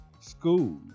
School